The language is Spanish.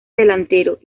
delantero